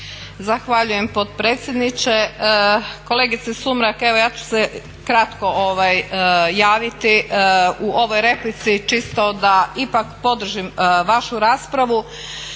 Zahvaljujem potpredsjedniče. Kolegice Sumrak, evo ja ću se kratko javiti u ovoj replici čisto da ipak podržim vašu raspravu